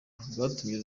bwatumye